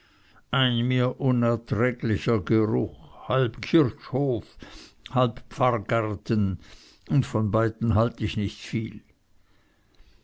unerträglicher geruch halb kirchhof halb pfarrgarten und von beiden halt ich nicht viel